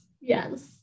Yes